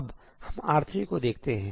अब हम R3 को देखते हैं